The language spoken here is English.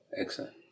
excellent